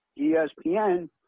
ESPN